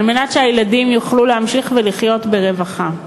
מנת שהילדים יוכלו להמשיך ולחיות ברווחה.